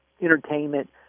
entertainment